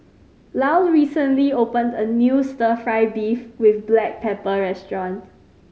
Lyle recently opened a new Stir Fry beef with black pepper restaurant